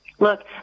Look